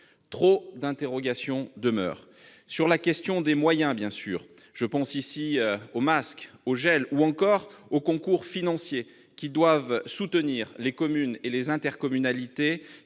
Trop d'interrogations demeurent sur la question des moyens. Je pense aux masques, au gel ou encore aux concours financiers pour soutenir les communes et les intercommunalités